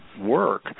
work